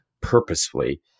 purposefully